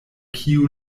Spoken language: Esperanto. kiu